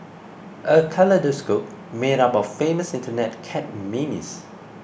a kaleidoscope made up of famous Internet cat memes